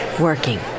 working